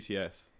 uts